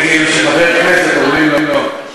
בבקשה, אדוני.